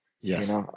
Yes